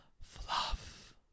fluff